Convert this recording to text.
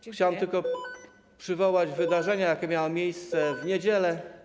Chciałem tylko przywołać wydarzenie, jakie miało miejsce w niedzielę.